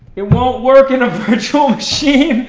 it won't work in a virtual machine.